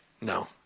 No